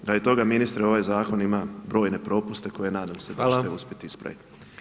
Radi toga ministre ovaj zakon ima brojne propuste koje nadam se da ćete uspjeti ispravit.